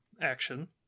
action